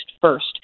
first